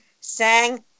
sang